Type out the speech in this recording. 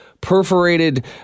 perforated